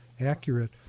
accurate